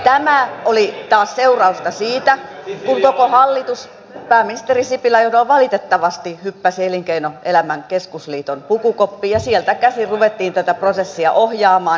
tämä oli taas seurausta siitä kun koko hallitus pääministeri sipilän johdolla valitettavasti hyppäsi elinkeinoelämän keskusliiton pukukoppiin ja sieltä käsin ruvettiin tätä prosessia ohjaamaan sanelun keinoin